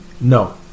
No